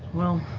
well,